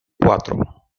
cuatro